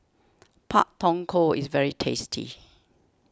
Pak Thong Ko is very tasty